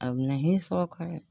अब नहीं शौक है